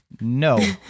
No